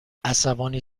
عصبانی